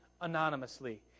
anonymously